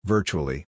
Virtually